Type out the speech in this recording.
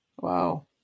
Wow